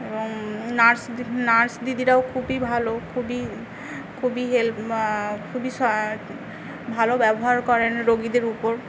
এবং nurse nurse দিদিরাও খুবই ভালো খুবই খুবই হেল্প খুবই সহ ভালো ব্যবহার করেন রোগীদের উপর